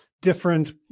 different